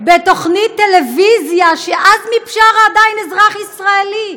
בתוכנית טלוויזיה, שעזמי בשארה עדיין אזרח ישראלי.